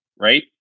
right